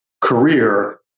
career